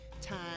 time